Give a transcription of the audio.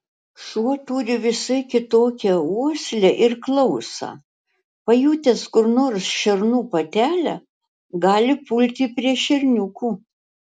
šuo turi visai kitokią uoslę ir klausą pajutęs kur nors šernų patelę gali pulti prie šerniukų